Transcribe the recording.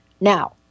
Now